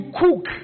cook